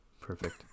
Perfect